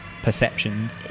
perceptions